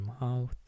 mouth